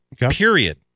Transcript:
period